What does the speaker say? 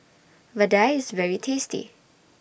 Vadai IS very tasty